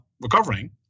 recovering